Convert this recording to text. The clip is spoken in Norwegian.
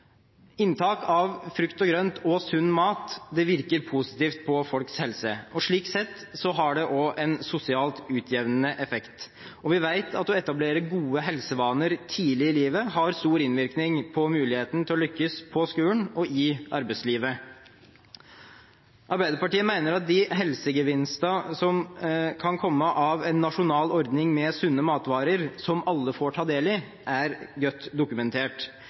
Inntak av frukt og grønt og sunn mat virker positivt på folks helse, og slik sett har det også en sosialt utjevnende effekt. Vi vet at å etablere gode helsevaner tidlig i livet har stor innvirkning på muligheten til å lykkes på skolen og i arbeidslivet. Arbeiderpartiet mener at de helsegevinstene som kan komme av en nasjonal ordning med sunne matvarer som alle får ta del i, er godt dokumentert.